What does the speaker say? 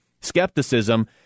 skepticism